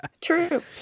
True